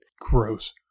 Gross